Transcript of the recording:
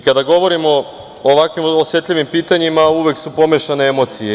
Kada govorim o ovakvim osetljivim pitanjima, uvek su pomešane emocija.